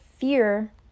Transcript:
fear